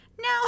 No